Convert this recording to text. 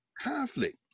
conflict